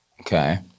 okay